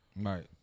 Right